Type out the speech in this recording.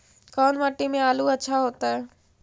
कोन मट्टी में आलु अच्छा होतै?